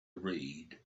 read